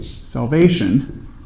Salvation